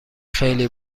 خیلی